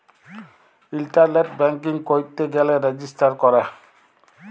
ইলটারলেট banking ক্যইরতে গ্যালে register ক্যরে